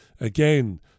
Again